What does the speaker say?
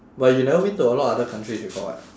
but you never been to a lot other countries before [what]